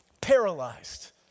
Paralyzed